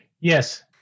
yes